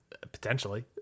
Potentially